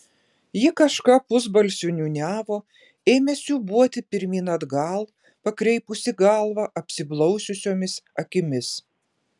ji kažką pusbalsiu niūniavo ėmė siūbuoti pirmyn atgal pakreipusi galvą apsiblaususiomis akimis